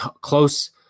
close